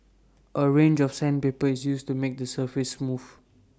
A range of sandpaper is used to make the surface smooth